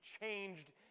changed